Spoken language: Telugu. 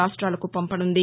రాష్టాలకు పంపనుంది